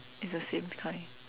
it's the same kind